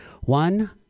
One